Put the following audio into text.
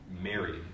married